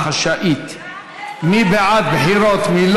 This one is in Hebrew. השריונים שלכם מפחדים מבחירות?